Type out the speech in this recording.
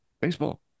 baseball